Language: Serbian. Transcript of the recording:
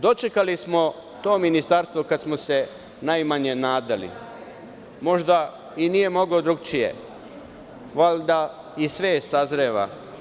Dočekali smo to ministarstvo kad smo se najmanje nadali, možda i nije mogao drukčije, valjda i svest sazreva.